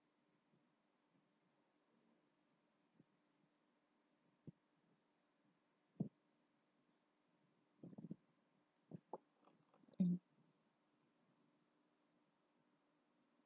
um